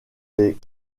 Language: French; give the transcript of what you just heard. les